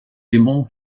démon